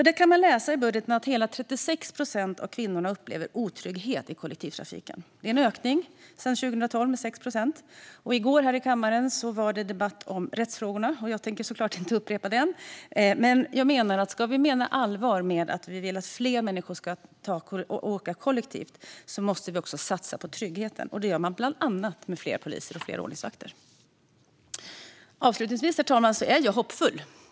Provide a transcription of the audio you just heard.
Det framgår i budgeten att hela 36 procent av kvinnorna upplever otrygghet i kollektivtrafiken. Det är en ökning sedan 2012 med 6 procent. I går i kammaren debatterades rättsfrågorna. Jag tänker såklart inte upprepa den debatten, men jag anser att om vi menar allvar med att vi vill att fler människor ska åka kollektivt måste vi också satsa på tryggheten. Det gör man bland annat med fler poliser och fler ordningsvakter. Herr talman! Jag är hoppfull.